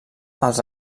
als